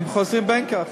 הם חוזרים בין כך